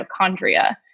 mitochondria